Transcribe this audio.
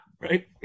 right